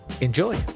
enjoy